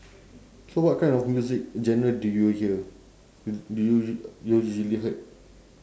so what kind of music genre do you hear do you us~ usually heard